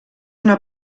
una